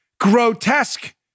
grotesque